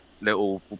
little